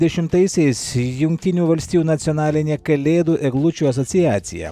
dešimtaisiais jungtinių valstijų nacionalinė kalėdų eglučių asociacija